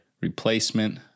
replacement